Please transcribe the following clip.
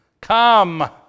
come